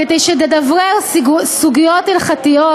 כדי שתברר סוגיות הלכתיות,